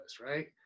right